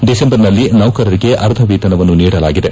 December ನಲ್ಲಿ ನೌಕರರಿಗೆ ಅರ್ಧ ವೇತನವನ್ನು ನೀಡಲಾಗಿದೆ